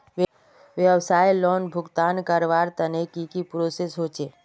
व्यवसाय लोन भुगतान करवार तने की की प्रोसेस होचे?